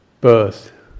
birth